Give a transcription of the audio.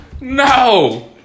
No